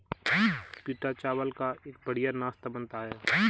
पीटा चावल का एक बढ़िया नाश्ता बनता है